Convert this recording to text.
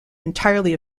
entirely